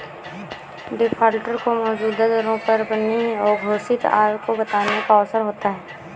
defaulter को मौजूदा दरों पर अपनी अघोषित आय को बताने का अवसर होता है